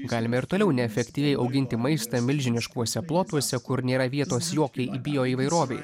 galime ir toliau neefektyviai auginti maistą milžiniškuose plotuose kur nėra vietos jokiai bijo įvairovei